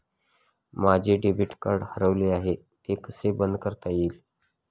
माझे debit card हरवले आहे ते कसे बंद करता येईल?